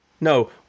No